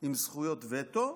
עם זכויות וטו.